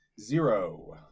Zero